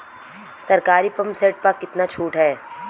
सरकारी pump set प कितना छूट हैं?